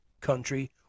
country